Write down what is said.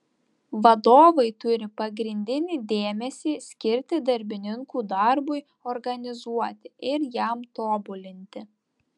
vadovai turi pagrindinį dėmesį skirti darbininkų darbui organizuoti ir jam tobulinti